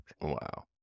Wow